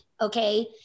Okay